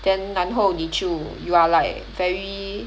then 然后你就 you are like very